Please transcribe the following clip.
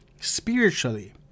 spiritually